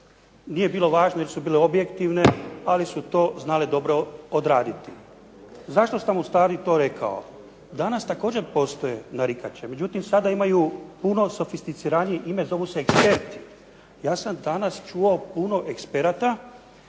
Nije bilo važno jer su bile objektivne, ali su to dobro znale odraditi. Zašto sam ustvari to rekao? Danas također postoje narikače, međutim sada imaju puno sofisticiranije ime, zovu se .../Govornik se ne razumije./ ... Ja sam danas čuo puno eksperata